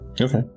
okay